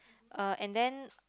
uh and then